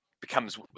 becomes